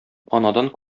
анадан